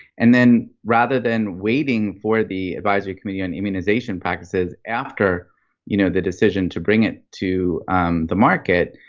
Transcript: and then rather than waiting for the advisory committee on immunization practices after you know the decision to bring it to the market.